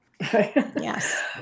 Yes